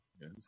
Yes